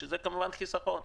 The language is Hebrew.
וזה כמובן חיסכון.